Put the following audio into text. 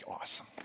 awesome